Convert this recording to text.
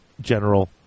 general